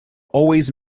always